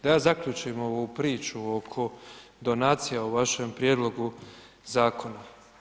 Da zaključim ovu priču oko donacija u vašem prijedlogu zakona.